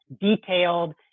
detailed